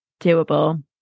doable